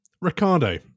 Ricardo